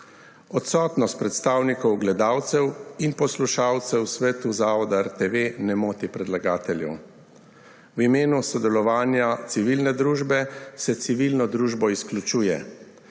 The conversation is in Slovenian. Odsotnost predstavnikov gledalcev in poslušalcev v svetu zavoda RTV ne moti predlagateljev. V imenu sodelovanja civilne družbe se civilno družbo izključuje.